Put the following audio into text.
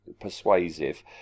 persuasive